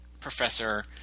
Professor –